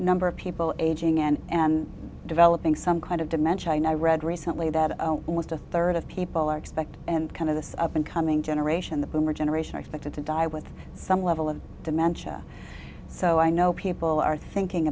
number of people aging and and developing some kind of dementia and i read recently that almost a third of people are expecting and kind of this up and coming generation the boomer generation expected to die with some level of dementia so i know people are thinking